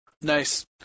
Nice